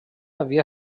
havia